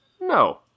No